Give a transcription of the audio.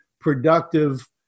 productive